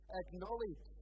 acknowledge